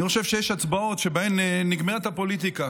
אני חושב שיש הצעות שבהן נגמרת הפוליטיקה.